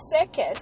circus